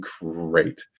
great